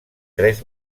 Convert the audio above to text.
tres